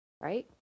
right